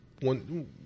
one